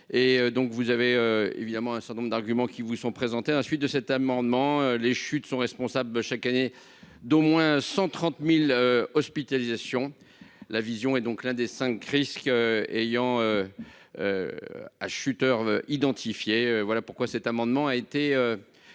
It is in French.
vous avez évidemment un certain nombre d'arguments qui vous sont présentés à la suite de cet amendement, les chutes sont responsables chaque année d'au moins 130000 hospitalisations la vision et donc l'un des cinq risque ayant à Shutter identifié voilà pourquoi cet amendement a été